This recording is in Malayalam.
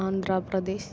ആന്ധ്രാപ്രദേശ്